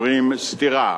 הם רואים סתירה